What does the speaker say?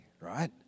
right